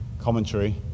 commentary